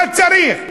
מה צריך?